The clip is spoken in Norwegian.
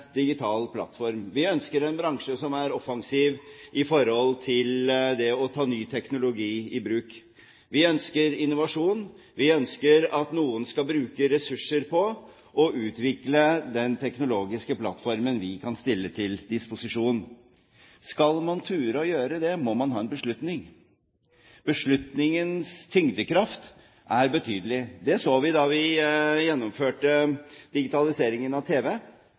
digital plattform. Vi ønsker en bransje som er offensiv i forhold til det å ta ny teknologi i bruk. Vi ønsker innovasjon, og vi ønsker at noen skal bruke ressurser på å utvikle den teknologiske plattformen vi kan stille til disposisjon. Skal man tørre å gjøre det, må man ha en beslutning. Beslutningens tyngdekraft er betydelig. Det så vi da vi gjennomførte digitaliseringen av tv.